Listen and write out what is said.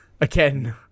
again